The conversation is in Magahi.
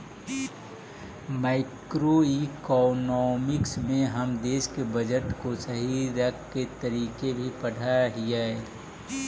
मैक्रोइकॉनॉमिक्स में हम देश के बजट को सही रखे के तरीके भी पढ़अ हियई